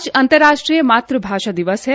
आज अंतर्राष्ट्रगीय मातृभाषा दिवस है